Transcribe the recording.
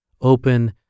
open